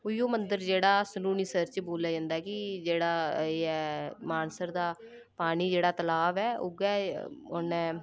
उ'यै मंदर जेह्ड़ा सनूनीसर च बोलेआ जंदा कि जेह्ड़ा एह् ऐ मानसर दा पानी जेह्ड़ा तलाब ऐ उ'यै उन्नै